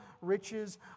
riches